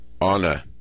honor